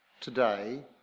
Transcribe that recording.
today